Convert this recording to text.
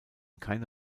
keine